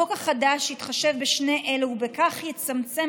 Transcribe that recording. החוק החדש יתחשב בשני אלה ובכך יצמצם